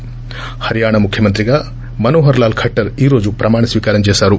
ి హర్యాణా ముఖ్యమంత్రిగా మనోహర్ లాల్ ఖట్షర్ ఈ రోజు ప్రమాణ స్వీకారం చేశారు